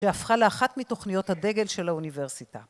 שהפכה לאחת מתוכניות הדגל של האוניברסיטה.